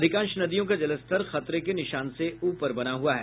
अधिकांश नदियों का जलस्तर खतरे के निशान से ऊपर बना हुआ है